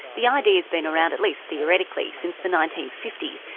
the idea has been around, at least theoretically, since the nineteen fifty s,